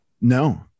No